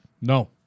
No